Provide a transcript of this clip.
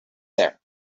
there